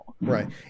Right